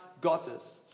Gottes